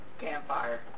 Campfire